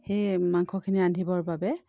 সেই মাংসখিনি ৰান্ধিবৰ বাবে